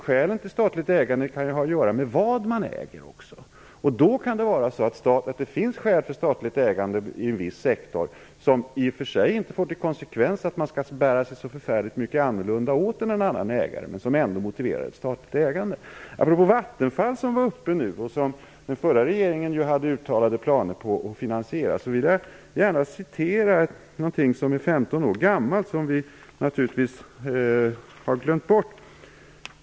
Skälen för statligt ägande kan också ha att göra med vad man äger, och då kan det vara så att det finns skäl för statligt ägande i en viss sektor, som i och för sig inte får den konsekvensen att staten skall bära sig så mycket annorlunda åt än en annan ägare. Apropå Vattenfall, som togs upp här och som den förra regeringen hade uttalade planer på att privatisera, vill jag gärna läsa ett citat från en text som är 15 år gammal och som vi naturligtvis har glömt bort.